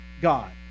God